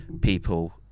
people